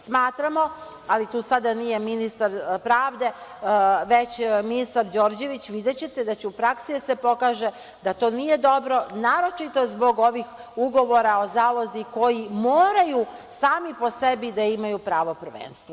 Smatramo, ali tu sada nije ministar pravde već ministar Đorđević, videćete da će u praksi da se pokaže da to nije dobro, naročito zbog ovih ugovora o zalozi koji moraju, sami po sebi, da imaju pravo prvenstva.